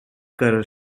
cutter